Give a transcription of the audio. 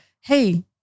hey